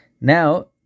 Now